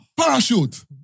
Parachute